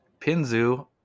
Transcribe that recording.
pinzu